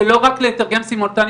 זה לא רק לתרגם סימולטנית,